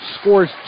scores